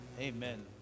Amen